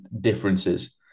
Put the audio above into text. differences